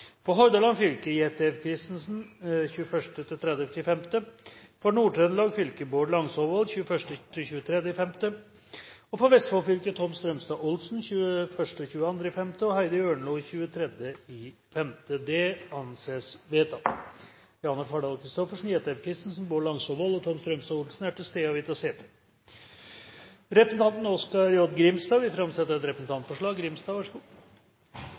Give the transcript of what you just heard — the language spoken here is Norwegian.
For Hordaland fylke: Jette F. Christensen 21.–30. mai For Nord-Trøndelag fylke: Bård Langsåvold 21.–23. mai For Vestfold fylke: Tom Strømstad Olsen 21. og 22. mai og Heidi Ørnlo 23. mai Janne Fardal Kristoffersen, Jette F. Christensen, Bård Langsåsvold og Tom Strømstad Olsen er til stede og vil ta sete. Representanten Oskar J. Grimstad vil framsette et representantforslag.